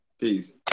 Peace